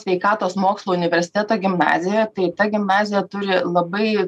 sveikatos mokslų universiteto gimnazijoj tai ta gimnazija turi labai